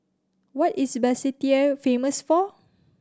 what is Basseterre famous for